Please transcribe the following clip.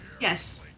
Yes